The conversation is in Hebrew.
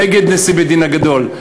נגד נשיא בית-הדין הגדול.